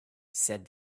said